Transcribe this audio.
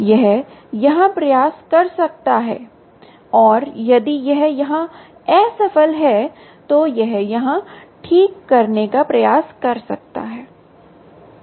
यह यहाँ प्रयास कर सकता है या यदि यह यहाँ असफल है तो यह यहाँ ठीक करने का प्रयास कर सकता है